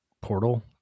portal